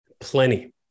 plenty